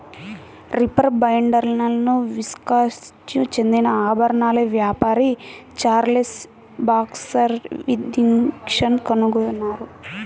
reaper బైండర్ను Wisconsin చెందిన ఆభరణాల వ్యాపారి చార్లెస్ బాక్స్టర్ విథింగ్టన్ కనుగొన్నారు